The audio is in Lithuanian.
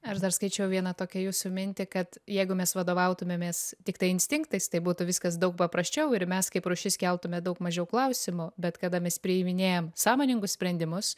aš dar skaičiau vieną tokią jūsų mintį kad jeigu mes vadovautumėmės tiktai instinktais tai būtų viskas daug paprasčiau ir mes kaip rūšis keltume daug mažiau klausimų bet kada mes priiminėjam sąmoningus sprendimus